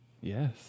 Yes